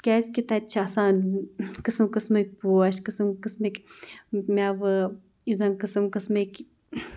کیٛازِکہِ تَتہِ چھِ آسان قٕسٕم قٕسمٕکۍ پوش قٕسٕم قٕسمٕکۍ مٮ۪وٕ یُس زَن قٕسٕم قٕسمٕکۍ